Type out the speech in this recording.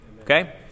Okay